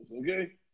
okay